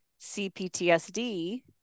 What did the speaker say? cptsd